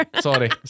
Sorry